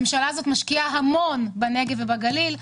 הממשלה הזאת משקיעה המון בנגב ובגליל.